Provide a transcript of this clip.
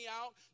out